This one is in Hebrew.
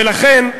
ולכן,